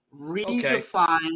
redefine